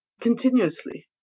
continuously